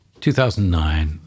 2009